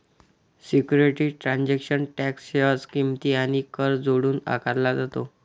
securities transaction tax share किंमत आणि कर जोडून आकारला जातो